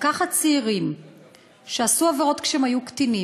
לקחת צעירים שעשו עבירות כשהם היו קטינים,